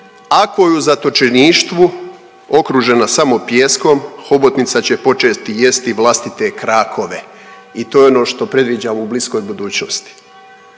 Ako je u zatočeništvu okružena samo pijeskom hobotnica će početi jesti vlastite krakove i to je ono što predviđam u bliskoj budućnosti.